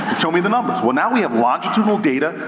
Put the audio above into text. show me the numbers. well, now we have longitudinal data,